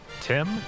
Tim